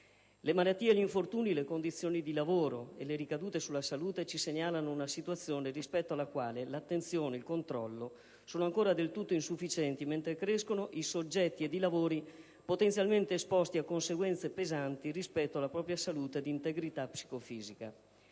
Le malattie e gli infortuni, le condizioni di lavoro e le ricadute sulla salute ci segnalano una situazione rispetto alla quale l'attenzione e il controllo sono ancora del tutto insufficienti, mentre crescono i soggetti ed i lavori potenzialmente esposti a conseguenze pesanti rispetto alla propria salute ed integrità psicofisica.